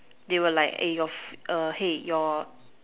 they will like eh your fur~ err hey your